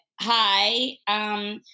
hi